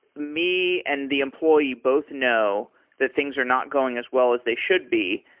me and the employee both know that things are not going as well as they should be.